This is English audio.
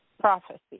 Prophecy